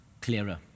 clearer